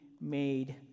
made